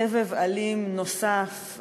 וסבב אלים נוסף,